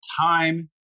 time